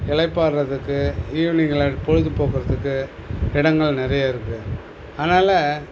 இளைப்பாருறதுக்கு ஈவ்னிங்கில் பொழுதுபோக்குறதுக்கு இடங்கள் நிறையா இருக்குது அதனால்